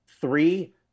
three